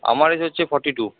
আমার এজ হচ্ছে forty two